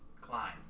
Klein